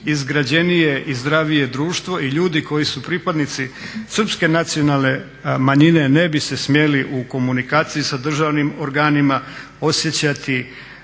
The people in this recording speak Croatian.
izgrađenije i zdravije društvo i ljudi koji su pripadnici Srpske nacionalne manjine ne bi se smjeli u komunikaciji sa državnim organima osjećati